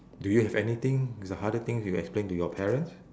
do you have anything is the harder things you explain to your parents